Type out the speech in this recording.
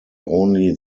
only